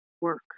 work